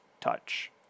touch